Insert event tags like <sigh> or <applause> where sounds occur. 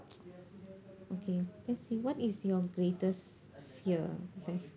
<noise> okay let's see what is your greatest fear